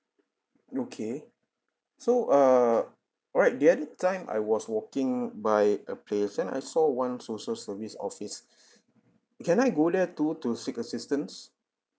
okay so err right the other time I was walking by a place then I saw one social service office can I go there too to seek assistance